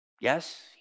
Yes